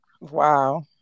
wow